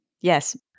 Yes